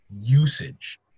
usage